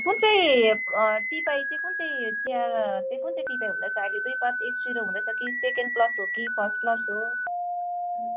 कुन चाहिँ टिपाइ कुन चाहिँ चिया कुन चाहिँ टिपाइ हुँदैछ अहिले दुईपात एक सुइरो हुँदैछ कि सेकेन्ड प्लक हो कि फर्स्ट प्लक हो